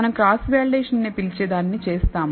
మనం cross validation అని పిలిచే దానిని చేస్తాం